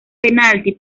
penalti